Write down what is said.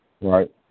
right